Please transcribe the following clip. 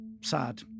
sad